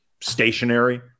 stationary